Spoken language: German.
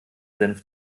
senf